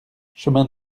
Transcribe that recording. chemin